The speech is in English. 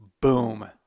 boom